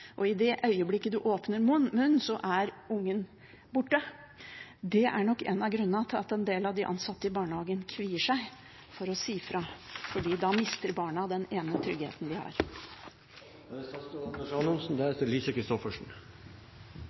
og i det øyeblikket en åpner munnen, er ungen borte. Det er nok en av grunnene til at en del av de ansatte i barnehagen kvier seg for å si ifra, for da mister barna den ene tryggheten de